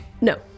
No